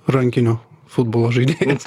rankinio futbolo žaidėjas